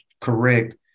correct